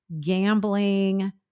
gambling